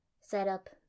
Setup